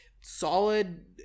solid